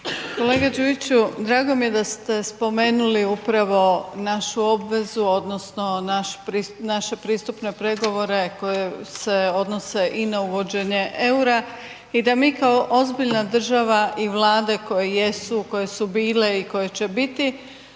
Kolega Đujiću, drago mi je da ste spomenuli upravo našu obvezu odnosno naše pristupne pregovore koje se odnose i na uvođenje eura i da mi kao ozbiljna država i Vlade koje jesu, koje su bile i koje će biti,